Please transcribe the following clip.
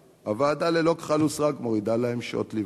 הוועדה ללא כחל ושרק מורידה להם שעות ליווי.